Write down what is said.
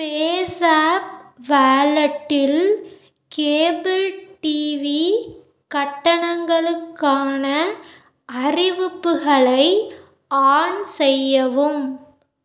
பேஸாப் வாலெட்டில் cable TV கட்டணங்களுக்கான அறிவிப்புகளை ஆன் செய்யவும்